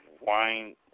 wine